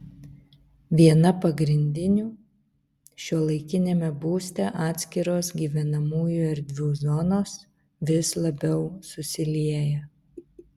viena pagrindinių šiuolaikiniame būste atskiros gyvenamųjų erdvių zonos vis labiau susilieja